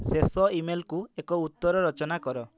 ଶେଷ ଇମେଲ୍କୁ ଏକ ଉତ୍ତର ରଚନା କର